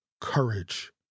courage